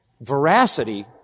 veracity